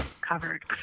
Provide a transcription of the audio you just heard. covered